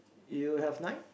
you have nine